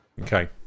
okay